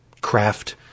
craft